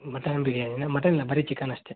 mutton ಬಿರ್ಯಾನಿನ mutton ಇಲ್ಲ ಬರಿ ಚಿಕನ್ ಅಷ್ಟೇ